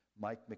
Mike